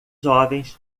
jovens